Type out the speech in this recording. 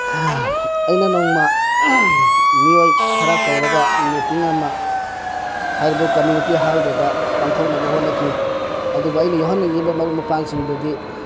ꯑꯩꯅ ꯅꯣꯡꯃ ꯃꯤꯑꯣꯏ ꯈꯔ ꯀꯧꯔꯒ ꯃꯤꯇꯤꯡ ꯑꯃ ꯍꯥꯏꯔꯤꯕ ꯀꯝꯃ꯭ꯌꯨꯅꯤꯇꯤ ꯍꯣꯜꯗꯨꯗ ꯄꯥꯡꯊꯣꯛꯅꯕ ꯍꯣꯠꯅꯈꯤ ꯑꯗꯨꯒ ꯑꯩꯅ ꯌꯥꯎꯍꯟꯅꯤꯡꯂꯤꯕ ꯃꯔꯨꯞ ꯃꯄꯥꯡꯁꯤꯡꯗꯨꯗꯤ